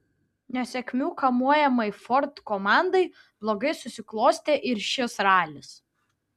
nesėkmių kamuojamai ford komandai blogai susiklostė ir šis ralis